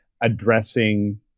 addressing